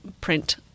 print